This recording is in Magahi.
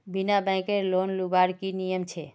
बिना बैंकेर लोन लुबार की नियम छे?